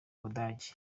budage